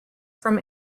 from